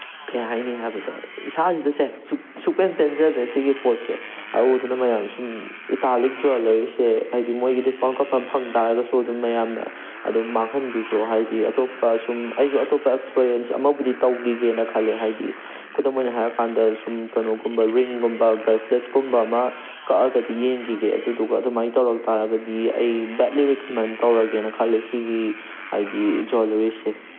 ꯀꯩ ꯍꯥꯏꯅꯤ ꯍꯥꯏꯕꯗ ꯏꯁꯥꯁꯤꯗꯁꯦ ꯁꯨꯛ ꯁꯦꯛꯄꯦꯟ ꯄꯦꯟꯖꯗ꯭ꯔꯦ ꯁꯤꯒꯤ ꯄꯣꯠꯁꯦ ꯑꯗꯨꯗꯨꯅ ꯃꯌꯥꯝ ꯁꯨꯝ ꯏꯇꯥꯂꯤꯛ ꯖ꯭ꯋꯦꯂꯔꯤꯁꯦ ꯍꯥꯏꯗꯤ ꯃꯣꯏꯒꯤ ꯗꯤꯁꯀꯥꯎꯟ ꯀꯣꯄꯟ ꯐꯪ ꯇꯥꯔꯒꯁꯨ ꯑꯗꯨꯝ ꯃꯌꯥꯝꯅ ꯑꯗꯨꯝ ꯃꯥꯡꯍꯟꯕꯤꯈ꯭ꯔꯣ ꯍꯥꯏꯗꯤ ꯑꯇꯣꯞꯄ ꯁꯨꯝ ꯑꯩꯁꯨ ꯑꯇꯣꯞꯄ ꯑꯦꯛꯁꯄꯔꯤꯌꯦꯟꯁ ꯑꯃꯕꯨꯗꯤ ꯇꯧꯈꯤꯒꯦꯅ ꯈꯜꯂꯦ ꯍꯥꯏꯗꯤ ꯈꯨꯗꯝ ꯑꯣꯏ ꯍꯥꯏꯔ ꯀꯥꯟꯗ ꯁꯨꯝ ꯀꯩꯅꯣꯒꯨꯝꯕ ꯔꯤꯡꯒꯨꯝꯕ ꯕ꯭ꯔꯦꯖꯂꯦꯠꯀꯨꯝꯕ ꯑꯃ ꯀꯛꯑꯒꯗꯤ ꯌꯦꯡꯈꯤꯒꯦ ꯑꯗꯨꯗꯨꯒ ꯑꯗꯨꯃꯥꯏꯅ ꯇꯧꯔꯛ ꯇꯥꯔꯒꯗꯤ ꯑꯩ ꯕꯦꯠꯂꯤ ꯔꯤꯀꯃꯦꯟ ꯇꯧꯔꯒꯦꯅ ꯈꯜꯂꯦ ꯁꯤꯒꯤ ꯍꯥꯏꯗꯤ ꯖ꯭ꯋꯦꯂꯔꯤꯁꯦ